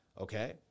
Okay